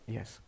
Yes